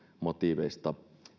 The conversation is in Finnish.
motiiveista